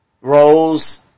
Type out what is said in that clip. Roles